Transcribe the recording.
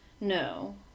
No